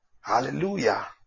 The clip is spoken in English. Hallelujah